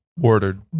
Ordered